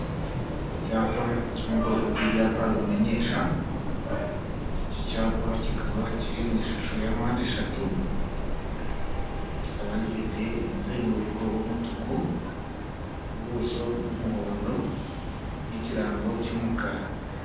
Icyapa cyo mu bwoko bw'ibyapa bimenyesha iki cyapa kikaba kiri mu ishusho ya mpandeshatu kikaba gifite umuzenguruko w'umutuku, ubuso bw'umuhondo, n'ikirango cy'umukara.